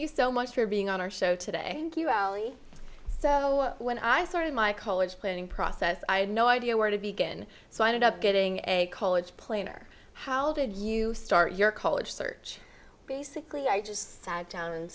you so much for being on our show today you allie so when i started my college planning process i had no idea where to begin so i ended up getting a college planer how did you start your college search basically i just sat down and